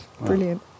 Brilliant